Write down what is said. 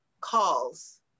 calls